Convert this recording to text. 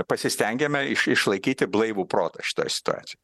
pasistengiame iš išlaikyti blaivų protą šitoj situacijoj